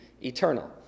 eternal